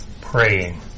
praying